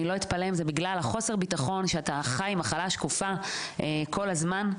אני לא אתפלא אם זה בגלל חוסר הביטחון שאתה חי עם מחלה שקופה כל הזמן.